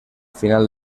final